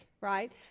right